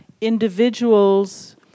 individuals